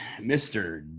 Mr